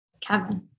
Kevin